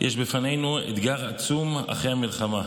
יש בפנינו אתגר עצום אחרי המלחמה.